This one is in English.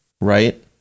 Right